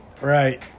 Right